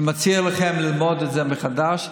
אני מציע לכם ללמוד את זה מחדש.